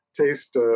taste